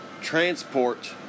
transport